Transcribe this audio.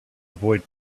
avoid